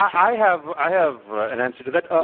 i have i have an answer to that. ah